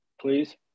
Please